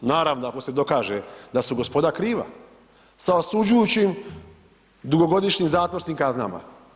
Naravno ako se dokaže da su gospoda kriva sa osuđujućim dugogodišnjim zatvorskim kaznama.